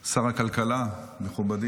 שר הכלכלה, מכובדי,